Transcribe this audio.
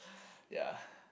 ya